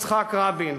יצחק רבין,